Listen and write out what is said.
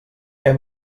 què